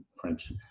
French